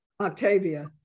Octavia